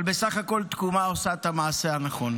אבל בסך הכול תקומה עושה את המעשה הנכון.